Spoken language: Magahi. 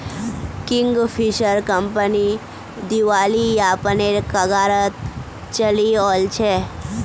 किंगफिशर कंपनी दिवालियापनेर कगारत चली ओल छै